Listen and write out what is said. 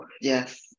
yes